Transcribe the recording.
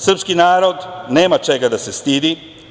Srpski narod nema čega da se stidi.